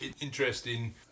interesting